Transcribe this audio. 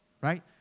right